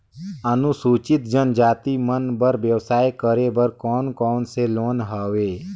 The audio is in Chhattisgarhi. अनुसूचित जनजाति मन बर व्यवसाय करे बर कौन कौन से लोन हवे?